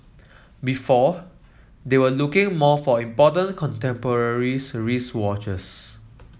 before they were looking more for important contemporary wristwatches